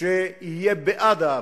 בעד ההעברה.